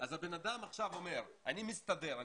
הבן אדם עכשיו אומר שהוא מסתדר,